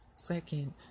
Second